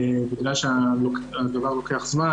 בגלל שהדבר אורך זמן,